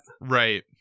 right